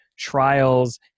trials